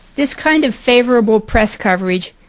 this kind of favorable press coverage,